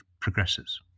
progresses